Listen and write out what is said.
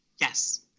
Yes